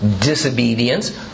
disobedience